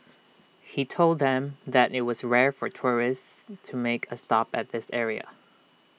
he told them that IT was rare for tourists to make A stop at this area